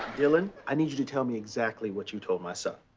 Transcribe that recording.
dylan, i need you to tell me exactly what you told my son.